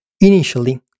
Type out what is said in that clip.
Initially